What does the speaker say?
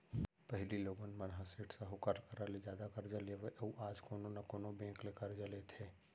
पहिली लोगन मन ह सेठ साहूकार करा ले जादा करजा लेवय अउ आज कोनो न कोनो बेंक ले करजा लेथे